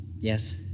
Yes